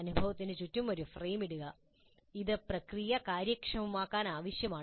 അനുഭവത്തിന് ചുറ്റും ഒരു ഫ്രെയിം ഇടുക അത് പ്രക്രിയ കാര്യക്ഷമമാക്കാൻ ആവശ്യമാണ്